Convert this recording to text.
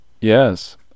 Yes